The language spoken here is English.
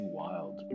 wild